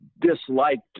disliked